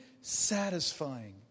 satisfying